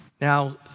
Now